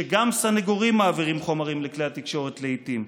שגם סנגורים מעבירים חומרים לכלי התקשורת לעיתים,